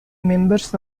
members